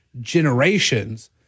generations